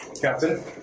Captain